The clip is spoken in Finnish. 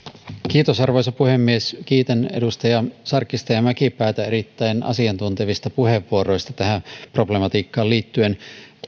arvoisa puhemies kiitän edustaja sarkkista ja edustaja mäkipäätä erittäin asiantuntevista puheenvuoroista tähän problematiikkaan liittyen